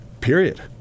Period